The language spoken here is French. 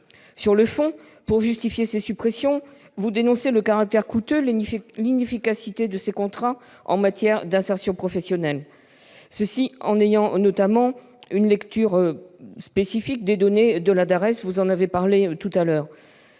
Sur le fond, pour justifier ces suppressions, vous dénoncez le caractère coûteux et l'inefficacité de ces contrats en matière d'insertion professionnelle, et ce en ayant une lecture spécifique des données de la DARES. Beaucoup de ceux